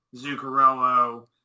Zuccarello